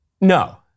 No